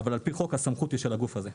אבל על פי חוק הסמכות היא של הגוף הזה.